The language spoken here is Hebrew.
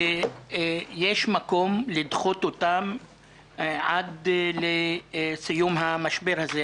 יש מקום לדחות אותם עד לסיום המשבר הזה.